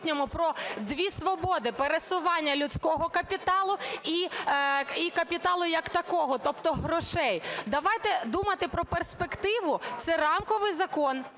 про дві свободи: пересування людського капіталу і капіталу, як такого, тобто грошей. Давайте думати про перспективу, це рамковий закон,